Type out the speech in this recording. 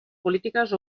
polítiques